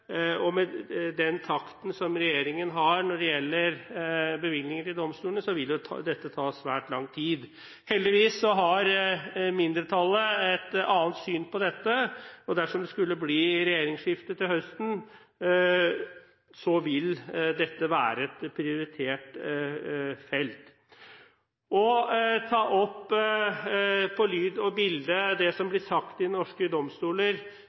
og med den takten som regjeringen har når det gjelder bevilgninger til domstolene, vil dette ta svært lang tid. Heldigvis har mindretallet et annet syn på det, og dersom det skulle bli regjeringsskifte til høsten, vil dette være et prioritert felt. Å ta opp lyd og bilde av det som blir sagt i norske domstoler,